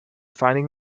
finding